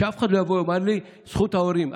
שאף אחד לא יבוא ויאמר לי: זכות ההורים.